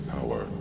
power